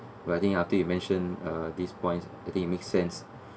but I think after you mention uh these points I think it make sense